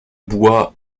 bois